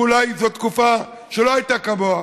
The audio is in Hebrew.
ואולי זאת תקופה שלא הייתה כמוה,